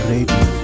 Radio